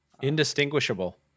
Indistinguishable